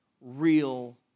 real